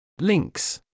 Links